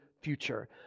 future